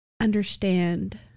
understand